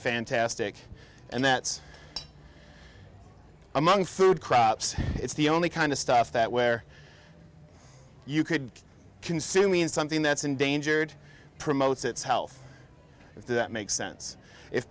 fantastic and that's among food crops it's the only kind of stuff that where you could consume means something that's endangered promotes its health if that makes sense if